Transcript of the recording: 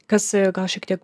kas gal šiek tiek